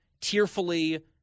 tearfully